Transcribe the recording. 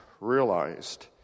realized